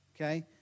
Okay